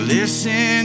Listen